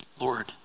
Lord